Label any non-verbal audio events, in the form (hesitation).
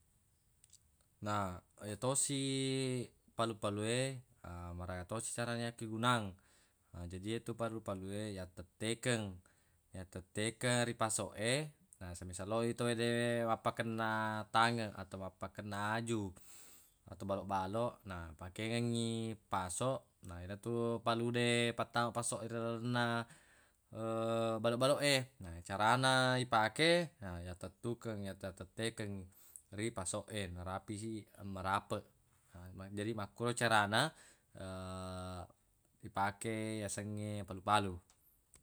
Na yatosi palu-palue (hesitation) maraga tosi carana yakkegunang jaji yetu palu-palue yattettekeng yattettekeng ri paso e na semisal lo i tawwe de mappakkenna tangeq atau mappakkenna aju (noise) atau baloq-baloq na pakengengngi paso na yenatu palude pattama paso e rarilalenna (hesitation) baloq-baloq e na carana ipake yattettukeng atau yattettekeng ri paso e narapi si marapeq na jadi makkoro carana (hesitation) ipake yasengnge palu-palu.